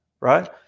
right